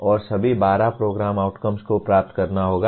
और सभी 12 programme outcomes को प्राप्त करना होगा